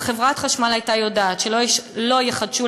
אם חברת החשמל הייתה יודעת שלא יחדשו